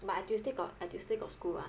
but I Tuesday got I Tuesday got school [what]